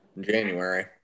January